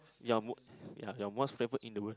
ya mo~ ya your most favourite in the world